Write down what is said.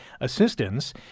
assistance